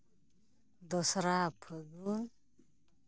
ᱫᱚᱥᱨᱟ ᱯᱷᱟᱹᱜᱩᱱ